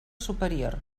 superior